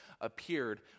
appeared